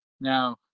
Now